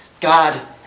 God